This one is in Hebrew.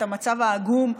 את המצב העגום.